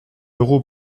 euro